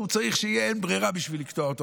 הוא צריך שיהיה אין ברירה בשביל לקטוע אותה.